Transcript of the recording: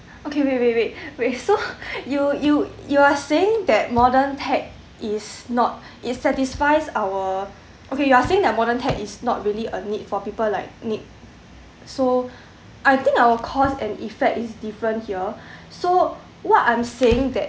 okay wait wait wait wait so you you you are saying that modern tech is not it's satisfies our okay you are saying that modern tech is not really a need for people like need so I think our cause and effect is different here so what I'm saying that